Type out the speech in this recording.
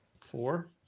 Four